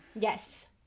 Yes